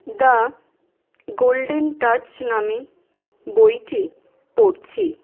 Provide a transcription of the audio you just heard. the golden touch নামে বইটি পড়ছি